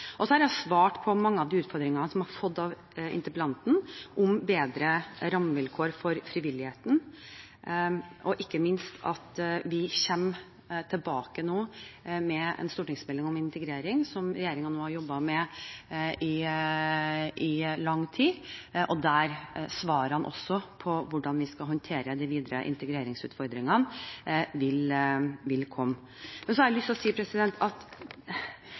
Så har jeg svart på mange av de utfordringene som jeg har fått av interpellanten, om bedre rammevilkår for frivilligheten. Ikke minst kommer vi nå tilbake med en stortingsmelding om integrering som regjeringen har jobbet med i lang tid. Der vil det også komme svar på hvordan vi skal håndtere de videre integreringsutfordringene. Men så har jeg lyst til å si: